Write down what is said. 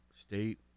state